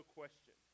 question